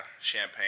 champagne